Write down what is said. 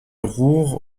roure